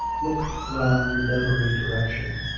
looked round in every direction,